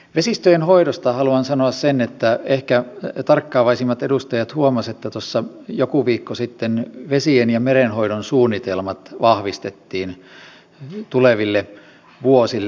vesistöjen hoidosta haluan sanoa sen että ehkä tarkkaavaisimmat edustajat huomasivat että tuossa joku viikko sitten vesien ja merenhoidon suunnitelmat vahvistettiin tuleville vuosille